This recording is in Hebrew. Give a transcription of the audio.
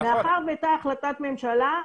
מאחר והייתה החלטת ממשלה,